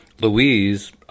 louise